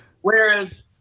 Whereas